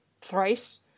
thrice